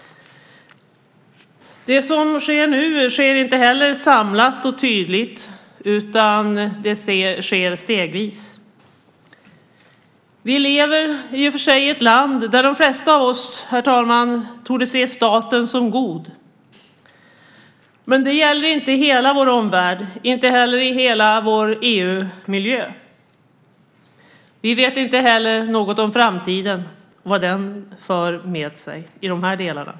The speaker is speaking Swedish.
Det som sker nu sker inte samlat och tydligt, utan det sker stegvis. Vi lever i och för sig i ett land där de flesta av oss, herr talman, torde se staten som god. Men det gäller inte hela vår omvärld, inte heller hela vår EU-miljö. Vi vet inte heller något om vad framtiden för med sig i de här delarna.